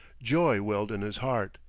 joy welled in his heart.